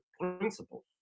principles